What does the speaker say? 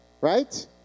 Right